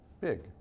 big